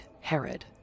Herod